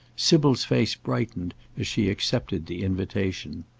sybil's face brightened as she accepted the invitation.